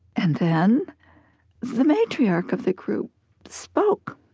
and then the matriarch of the group spoke.